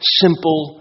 simple